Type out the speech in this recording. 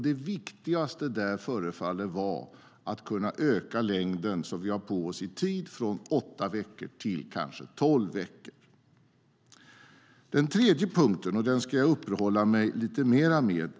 Det viktigaste där förefaller vara att kunna öka längden som vi har på oss i tid från åtta till kanske tolv veckor. Den tredje punkten ska jag uppehålla mig lite mer vid.